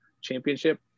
Championship